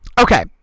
Okay